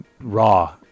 raw